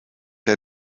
der